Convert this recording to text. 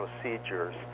procedures